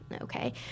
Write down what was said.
okay